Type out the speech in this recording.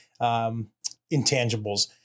intangibles